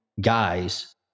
guys